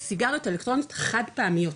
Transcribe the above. סיגריות אלקטרוניות חד פעמיות,